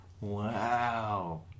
Wow